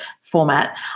format